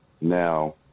Now